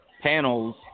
panels